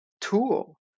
tool